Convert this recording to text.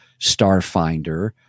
Starfinder